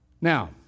Now